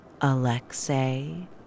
Alexei